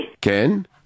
Ken